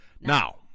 Now